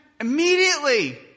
Immediately